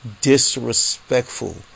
disrespectful